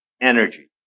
energy